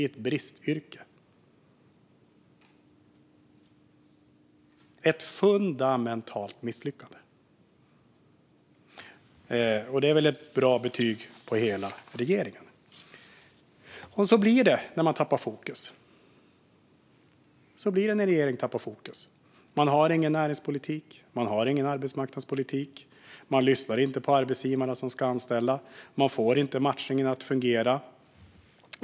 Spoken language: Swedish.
Det är ett fundamentalt misslyckande, och det är väl ett lämpligt betyg på hela regeringen. Så blir det när regeringen tappar fokus. Man har ingen näringspolitik, man har ingen arbetsmarknadspolitik, man lyssnar inte på arbetsgivarna som ska anställa och man får inte matchningen att fungera.